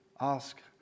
Ask